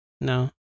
No